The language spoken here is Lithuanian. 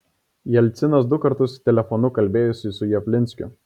jelcinas du kartus telefonu kalbėjosi su javlinskiu